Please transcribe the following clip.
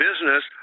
business